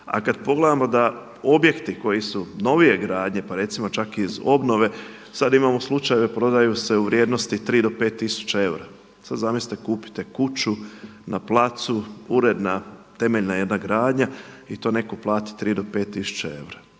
A kada pogledamo da objekti koji su novije gradnje, pa recimo čak iz obnove. Sada imamo slučajeve, prodaju se u vrijednosti o 5 tisuća eura. Sad zamislite kupite kuću na placu, uredna, temeljna jedna gradnja i to netko plati 3 do 5 tisuća eura.